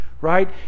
right